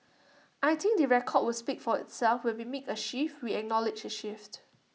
I think the record will speak for itself when we make A shift we acknowledge A shift